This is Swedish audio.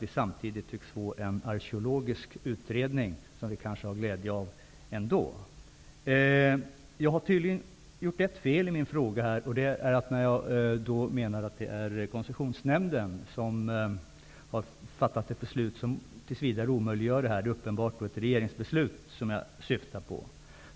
Vi tycks också få en arkeologisk utredning att glädjas åt. Jag har tydligen gjort ett fel i min fråga, nämligen när jag utgick från att koncessionsnämnden har fattat ett beslut som tills vidare omöjliggör att gå vidare. Det är uppenbarligen ett regeringsbeslut som jag syftar på.